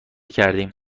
کردیم